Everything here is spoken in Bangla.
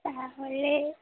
তাহলে